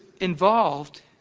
involved